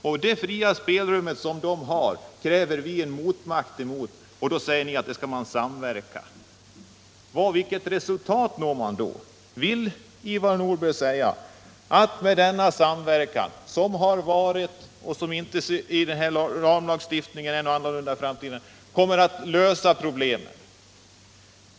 Och det fria spelrum de har kräver vi en motmakt mot — men då säger ni att man skall samverka. Vilket resultat når man då? Vill Ivar Nordberg säga att denna samverkan i ramlagstiftningen kommer att lösa problemen?